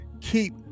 Keep